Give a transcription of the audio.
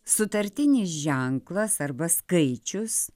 sutartinis ženklas arba skaičius